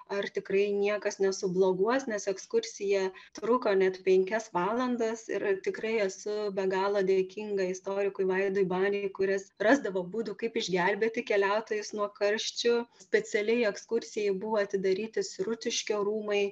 ar tikrai niekas nesubloguos nes ekskursija truko net penkias valandas ir tikrai esu be galo dėkinga istorikui vaidui baniui kuris rasdavo būdų kaip išgelbėti keliautojus nuo karščių specialiai ekskursijai buvo atidaryti sirutiškio rūmai